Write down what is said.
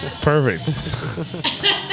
Perfect